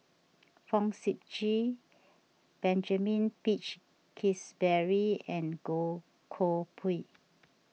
Fong Sip Chee Benjamin Peach Keasberry and Goh Koh Pui